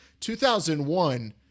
2001